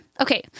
Okay